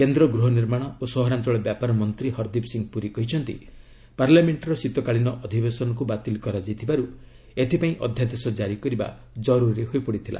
କେନ୍ଦ୍ର ଗୃହ ନିର୍ମାଣ ଓ ସହରାଞ୍ଚଳ ବ୍ୟାପାର ମନ୍ତ୍ରୀ ହରଦୀପ ସିଂହ ପୁରୀ କହିଛନ୍ତି ପାର୍ଲାମେଷ୍ଟର ଶୀତକାଳୀନ ଅଧିବେଶନକୁ ବାତିଲ କରାଯାଇ ଥିବାରୁ ଏଥିପାଇଁ ଅଧ୍ୟାଦେଶ କାରି କରିବା ଜାରୁରୀ ହୋଇପଡ଼ିଥିଲା